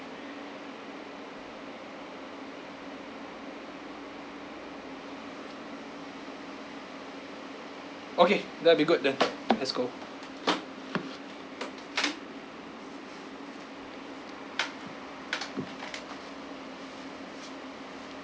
okay that'll be good then let's go